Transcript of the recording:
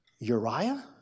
Uriah